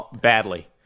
badly